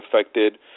affected